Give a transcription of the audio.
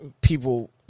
people